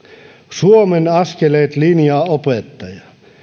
suomen askeleet linjan opettaja